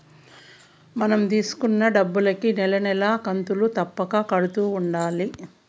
మనం తీసుకున్న డబ్బులుకి నెల నెలా కంతులు తప్పక కడుతూ ఉండాలి